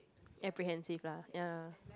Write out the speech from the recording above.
apprehensive lah ya